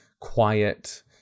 quiet